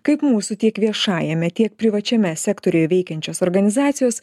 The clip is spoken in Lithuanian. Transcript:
kaip mūsų tiek viešajame tiek privačiame sektoriuj veikiančios organizacijos